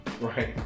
Right